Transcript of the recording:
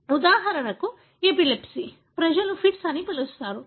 ఉదాహరణకు ఎపిలెప్సీ ప్రజలు ఫిట్స్ అని పిలుస్తారు